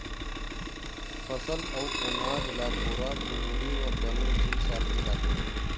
फसल अउ अनाज ल बोरा, चुमड़ी म बने सील साल के राखथे